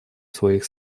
своих